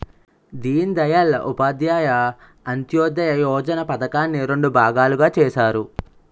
దీన్ దయాల్ ఉపాధ్యాయ అంత్యోదయ యోజన పధకాన్ని రెండు భాగాలుగా చేసారు